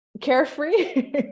carefree